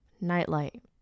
nightlight